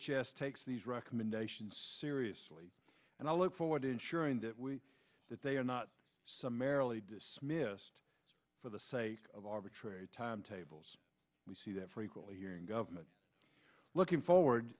s takes these recommendations seriously and i look forward to ensuring that we that they are not some merrily dismissed for the sake of arbitrary timetables we see that frequently here in government looking forward